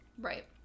right